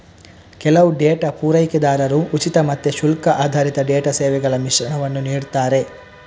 ಕೆಲವು ಡೇಟಾ ಪೂರೈಕೆದಾರರು ಉಚಿತ ಮತ್ತೆ ಶುಲ್ಕ ಆಧಾರಿತ ಡೇಟಾ ಸೇವೆಗಳ ಮಿಶ್ರಣವನ್ನ ನೀಡ್ತಾರೆ